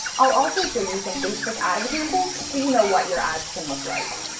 i'll also show you some facebook ad examples so you know what your ads can look like.